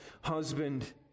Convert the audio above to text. husband